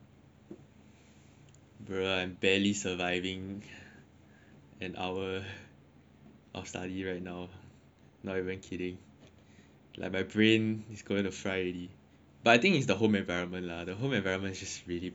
bro I'm barely surviving and I will study right now not even kidding like my brain is gonna fry already but I think it's the home environment lah the home environment is just really bad for studying at least for me